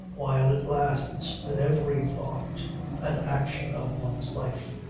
while it lasts, with every thought and action of one's life.